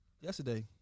yesterday